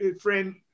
friend